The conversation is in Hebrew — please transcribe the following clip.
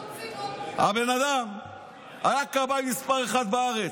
הבן אדם היה כבאי מס' אחת בארץ.